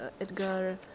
Edgar